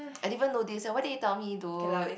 I didn't even notice eh why didn't you tell me dude